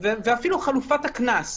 אפילו חלופת הקנס,